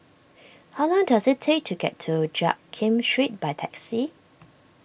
how long does it take to get to Jiak Kim Street by taxi